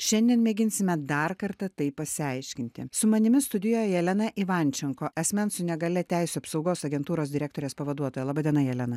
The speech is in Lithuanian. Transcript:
šiandien mėginsime dar kartą tai pasiaiškinti su manimi studijoje jelena ivančenko asmens su negalia teisių apsaugos agentūros direktorės pavaduotoja laba diena jelena